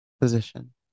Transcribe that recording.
position